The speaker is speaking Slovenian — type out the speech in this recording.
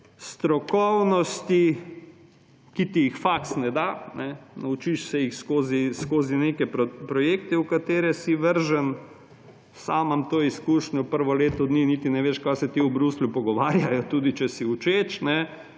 strokovnosti, ki ti jih faks ne da, naučiš se jih skozi neke projekte, v katere si vržen. Sam imam to izkušnjo, prvo leto dni niti ne veš, kaj se ti v Bruslju pogovarjajo, tudi če si učeč,